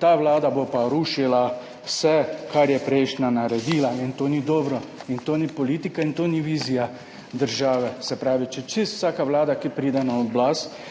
ta vlada bo pa rušila vse, kar je prejšnja naredila, in to ni dobro in to ni politika in to ni vizija države. Se pravi, če čisto vsaka vlada, ki pride na oblast,